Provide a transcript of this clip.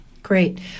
great